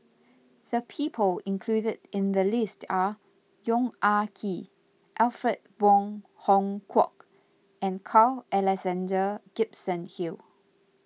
the people included in the list are Yong Ah Kee Alfred Wong Hong Kwok and Carl Alexander Gibson Hill